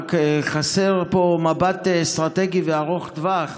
ורק חסר פה מבט אסטרטגי וארוך טווח.